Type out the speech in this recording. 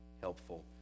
helpful